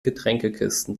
getränkekisten